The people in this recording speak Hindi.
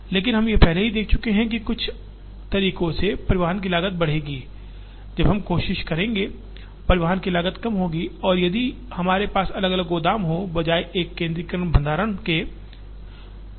लेकिन हम पहले ही देख चुके हैं कि कुछ तरीकों से परिवहन की लागत बढ़ेगी जब हम कोशिश करेंगे परिवहन की लागत कम होगी यदि हमारे पास अलग अलग गोदाम हो बजाय एक केंद्रीकृत भंडारण हो